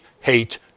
hate